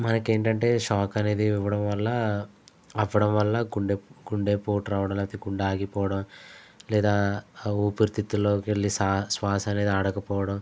మనకేంటంటే షాక్ అనేది ఇవ్వడం వల్ల అవ్వడం వల్ల గుండె గుండెపోటు రావడం లేదంటే గుండె ఆగిపోవడం లేదా ఊపిరితిత్తుల్లోకి వెళ్ళి స్వ శ్వాస అనేది ఆడక పోవడం